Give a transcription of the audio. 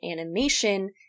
animation